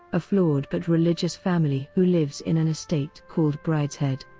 a flawed but religious family who lives in an estate called brideshead.